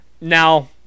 Now